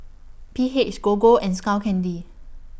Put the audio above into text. P H Gogo and Skull Candy